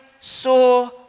saw